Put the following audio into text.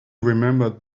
remembered